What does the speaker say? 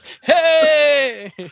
Hey